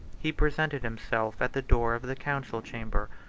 he presented himself at the door of the council-chamber,